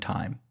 Time